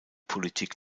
politik